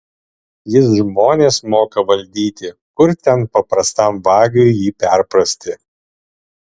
jis žmones moka valdyti kur ten paprastam vagiui jį perprasti